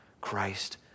Christ